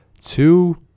two